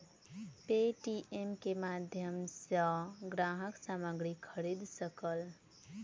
Paytm के माध्यम सॅ ग्राहक सामग्री खरीद सकल